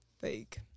fake